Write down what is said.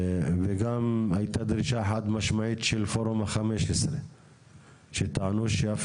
וגם הייתה דרישה חד משמעית של פורום ה-15 שטענו שאף